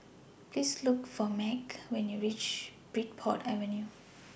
Please Look For Meg when YOU REACH Bridport Avenue